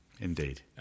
Indeed